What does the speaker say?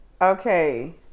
Okay